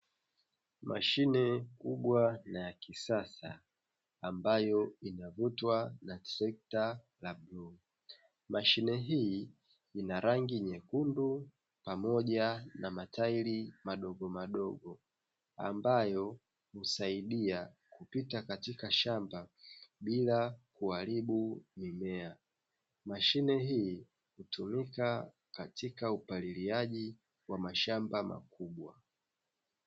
Mashine kubwa ya kisasa ambayo inavutwa na sekta ya viwanda. Mashine hii ina rangi nyekundu pamoja na matairi madogo madogo, ambayo husaidia kupita katika shamba bila kuharibu mimea. Mashine hii hutumika katika upandaji wa mashamba makubwa.